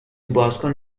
بازکن